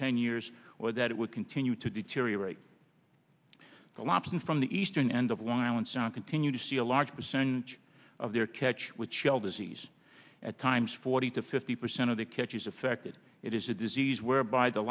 ten years or that it would continue to deteriorate the lobs in from the eastern end of long island sound continue to see a large percentage of their catch with shell disease at times forty to fifty percent of the catch is affected it is a disease whereby the